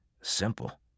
Simple